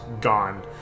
gone